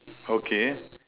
okay